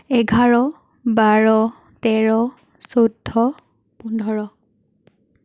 এঘাৰ বাৰ তেৰ চৈধ্য় পোন্ধৰ